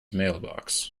mailbox